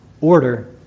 order